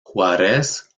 juárez